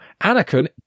Anakin